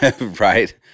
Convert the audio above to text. Right